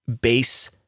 base